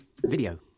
Video